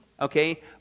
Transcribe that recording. okay